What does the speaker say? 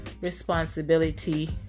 responsibility